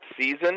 season